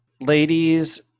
Ladies